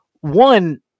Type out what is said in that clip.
one